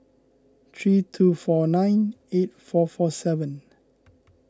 three two four nine eight four four seven